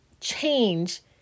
change